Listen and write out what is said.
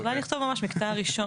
אז מה לכתוב ממש המקטע הראשון?